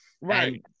Right